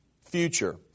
future